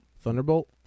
Thunderbolt